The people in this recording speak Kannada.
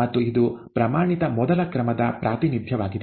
ಮತ್ತು ಇದು ಪ್ರಮಾಣಿತ ಮೊದಲ ಕ್ರಮದ ಪ್ರಾತಿನಿಧ್ಯವಾಗಿದೆ